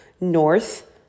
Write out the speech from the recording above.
north